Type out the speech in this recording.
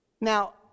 Now